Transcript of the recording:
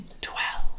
Twelve